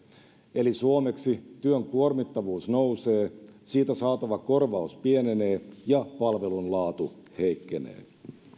eli suomeksi työn kuormittavuus nousee siitä saatava korvaus pienenee ja palvelun laatu heikkenee